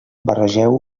barregeu